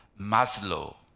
Maslow